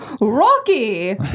Rocky